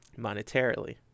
Monetarily